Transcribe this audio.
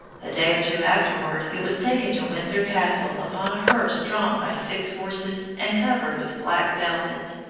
a day or two afterward it was taken to windsor castle upon a hearse drawn by six horses and covered with black velvet.